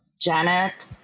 Janet